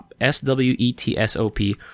s-w-e-t-s-o-p